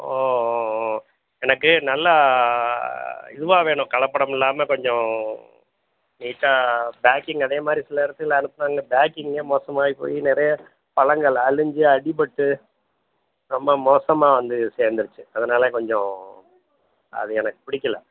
ஓ ஓ ஓ எனக்கு நல்லா இதுவாக வேணும் கலப்படம் இல்லாமல் கொஞ்சம் நீட்டாக பேக்கிங் அதே மாதிரி சில இடத்துல அனுப்புகிறாங்க பேக்கிங்கெலாம் மோசமாகி போய் நிறைய பழங்கள் அழிஞ்சி அடிப்பட்டு ரொம்ப மோசமாக வந்து சேர்ந்துருச்சி அதனால் கொஞ்சம் அது எனக்குப் பிடிக்கலை